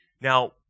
Now